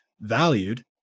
valued